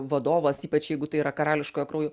vadovas ypač jeigu tai yra karališko kraujo